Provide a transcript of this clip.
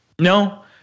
No